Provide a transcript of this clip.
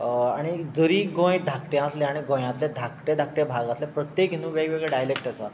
जरी गोंय धाकटें आसलें आनी गोंयातले धाकटे धाकटे भागांतले प्रत्येक हितूंत वेगवेगळे डायलेक्ट आसात